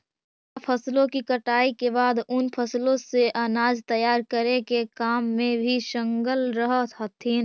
स्त्रियां फसलों की कटाई के बाद उन फसलों से अनाज तैयार करे के काम में भी संलग्न रह हथीन